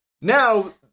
Now